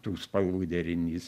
tų spalvų derinys